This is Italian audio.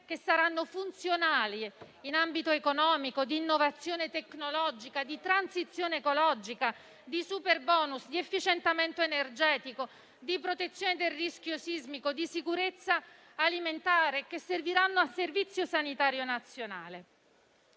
che saranno funzionali in ambito economico, di innovazione tecnologica, di transizione ecologica, di superbonus, di efficientamento energetico, di protezione dal rischio sismico e di sicurezza alimentare che serviranno al Servizio sanitario nazionale.